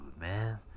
man